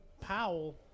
Powell